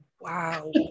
wow